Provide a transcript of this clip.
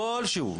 כלשהו,